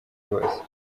bose